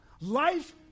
life